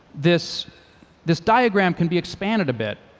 this this diagram can be expanded a bit.